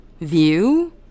view